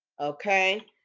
Okay